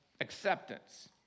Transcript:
acceptance